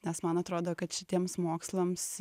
nes man atrodo kad šitiems mokslams